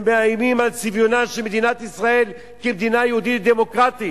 הם מאיימים על צביונה של מדינת ישראל כמדינה יהודית ודמוקרטית.